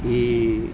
ಈ